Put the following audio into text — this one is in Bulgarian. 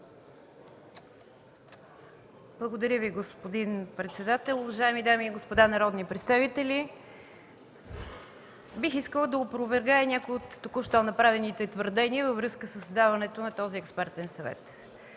Благодаря Ви, господин председател. Уважаеми дами и господа народни представители! Бих искала да опровергая някои от току-що направените твърдения във връзка със създаването на този експертен съвет.